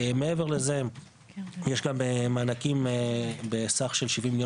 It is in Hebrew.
מעבר לזה יש גם מענקים בסך של 70 מיליון